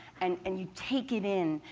and and you take it in.